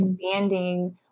expanding